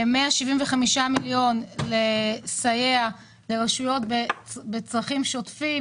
175 מיליון לסיוע לרשויות בצרכים שוטפים.